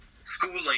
schooling